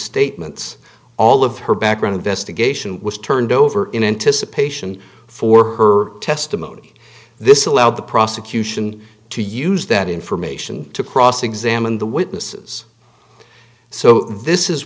statements all of her background investigation was turned over in anticipation for her testimony this allowed the prosecution to use that information to cross examine the witnesses so this is